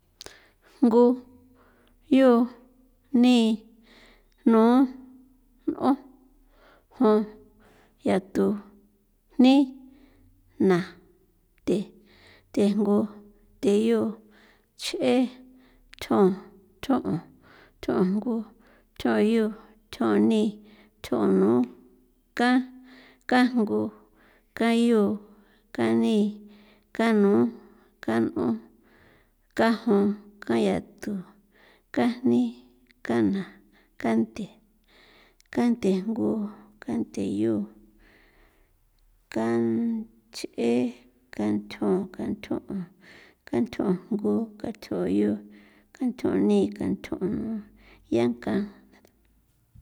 Jngu, yu, ni, nu, n'on, jon, yatu, jni, na, the, thejngu, theyu, ch'e, thjon, thjon 'on, thjon jngu, thjon yu, thjon ni, thjon nu, kan, kan jngu, kan yu, kan ni, kan nu, kan n'on, kan jon, kan yatu, kan jni, kan na, kan the, kanthe jngu, kan theyu, kan ch'e, kan thjon, kan thjon 'on, kan thjon jngu, kan thjon yu, kan thjon ni, kan thjon nu, yan kan.